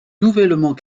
nouvellement